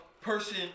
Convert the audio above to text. person